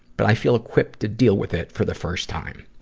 but i feel equipped to deal with it for the first time.